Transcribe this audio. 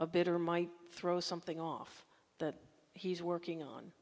a bit or might throw something off that he's working